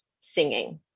singing